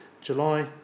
July